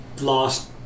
lost